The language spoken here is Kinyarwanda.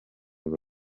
ubwo